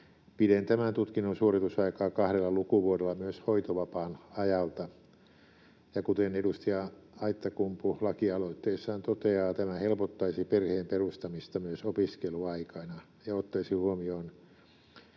pidentämään tutkinnon suoritusaikaa kahdella lukuvuodella myös hoitovapaan ajalta. Kuten edustaja Aittakumpu lakialoitteessaan toteaa, tämä helpottaisi perheen perustamista myös opiskeluaikana ja ottaisi huomioon